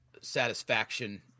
satisfaction